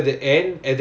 oh